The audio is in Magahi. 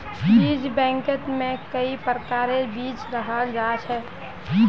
बीज बैंकत में कई प्रकारेर बीज रखाल जा छे